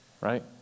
Right